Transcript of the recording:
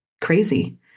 crazy